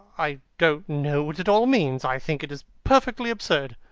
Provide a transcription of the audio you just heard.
i don't know what it all means. i think it is perfectly absurd.